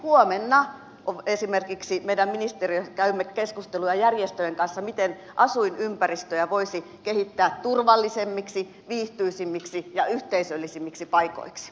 huomenna esimerkiksi meidän ministeriössämme käymme keskustelua järjestöjen kanssa miten asuinympäristöjä voisi kehittää turvallisemmiksi viihtyisämmiksi ja yhteisöllisemmiksi paikoiksi